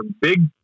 big